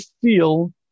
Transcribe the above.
feel